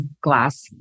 glass